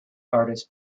artists